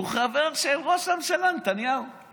הוא חבר של ראש הממשלה נתניהו.